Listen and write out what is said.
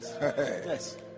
Yes